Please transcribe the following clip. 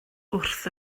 wrth